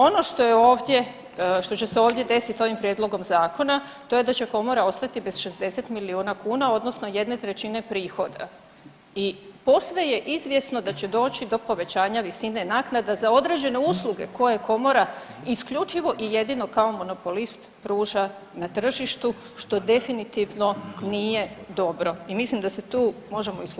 Ono što je ovdje, što će se ovdje desiti ovim prijedlogom Zakona, to je da će Komora ostati bez 60 milijuna kuna, odnosno 1/3 prihoda i posve je izvjesno da će doći do povećanja visine naknada za određene usluge koje Komora isključivo i jedino kao monopolist pruža na tržištu, što definitivno nije dobro i mislim da se tu možemo i složiti.